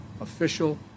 official